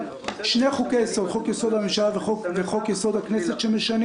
שני חוקי יסוד: חוק יסוד: הממשלה וחוק יסוד: הכנסת שמשנים